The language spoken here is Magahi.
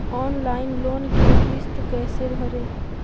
ऑनलाइन लोन के किस्त कैसे भरे?